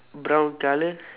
brown colour